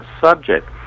subject